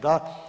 Da.